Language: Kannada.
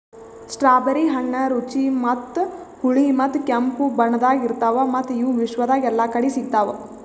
ಸ್ಟ್ರಾಬೆರಿ ಹಣ್ಣ ರುಚಿ ಮತ್ತ ಹುಳಿ ಮತ್ತ ಕೆಂಪು ಬಣ್ಣದಾಗ್ ಇರ್ತಾವ್ ಮತ್ತ ಇವು ವಿಶ್ವದಾಗ್ ಎಲ್ಲಾ ಕಡಿ ಸಿಗ್ತಾವ್